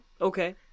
Okay